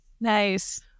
Nice